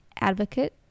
advocate